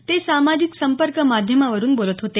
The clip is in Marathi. ते सामाजिक संपर्क माध्यमावरून बोलत होते